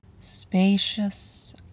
spacious